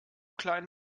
klein